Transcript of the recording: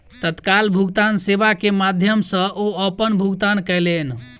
तत्काल भुगतान सेवा के माध्यम सॅ ओ अपन भुगतान कयलैन